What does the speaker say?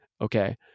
okay